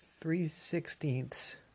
three-sixteenths